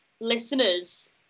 listeners